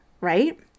right